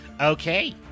okay